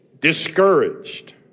discouraged